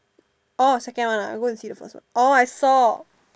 orh second one ah I go and see the first one orh I saw